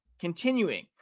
continuing